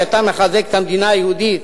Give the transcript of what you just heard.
כי אתה מחזק את המדינה היהודית,